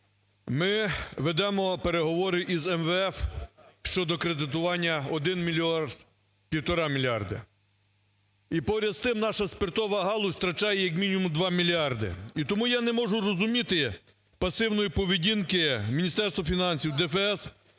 Ми ведемо переговори з МВФ щодо кредитування в 1 мільярд, півтора мільярда. І, поряд з тим, наша спиртова галузь втрачає як мінімум 2 мільярди. І тому я не можу розуміти пасивної поведінки Міністерства фінансів, ДФС